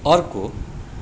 अर्को